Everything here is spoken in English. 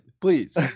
please